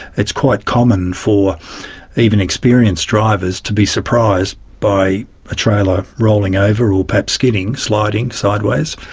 it's quite common for even experienced drivers to be surprised by a trailer rolling over or perhaps skidding, sliding sideways,